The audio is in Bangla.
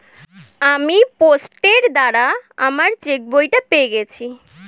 আমি পোস্টের দ্বারা আমার চেকবইটা পেয়ে গেছি